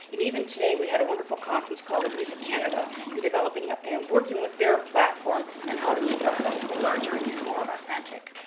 and even today we had a wonderful conference call with music canada in developing ah and working with their platform and how to make our festival larger and more authentic.